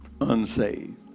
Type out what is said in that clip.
unsaved